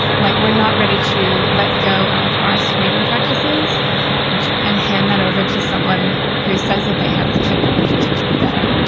like we're not ready to let go of our screening practices and hand that over to someone who says that they have the technology to do it better.